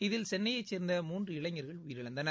இதில் சென்னையைச் சேர்ந்த மூன்று இளைஞர்கள் உயிரிழந்தனர்